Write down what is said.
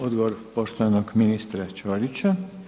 Odgovor poštovanog ministra Ćorića.